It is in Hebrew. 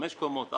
חמש קומות,